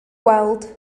gweld